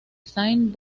saint